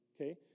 okay